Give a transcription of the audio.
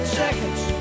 seconds